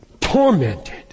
tormented